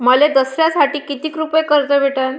मले दसऱ्यासाठी कितीक रुपये कर्ज भेटन?